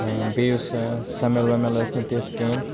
بیٚیہِ یُس سَمِل وَمِل ٲس نہٕ تِژھ کِہیٖنۍ